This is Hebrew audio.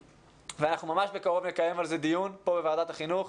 אנחנו ממש בקרוב נקיים על זה דיון פה בוועדת החינוך,